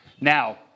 Now